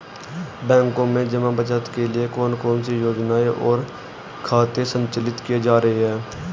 बैंकों में जमा बचत के लिए कौन कौन सी योजनाएं और खाते संचालित किए जा रहे हैं?